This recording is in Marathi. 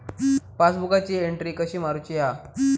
पासबुकाची एन्ट्री कशी मारुची हा?